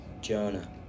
Jonah